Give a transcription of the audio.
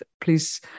please